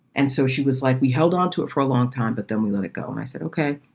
and so she was like, we held onto it for a long time, but then we let it go. and i said, ok,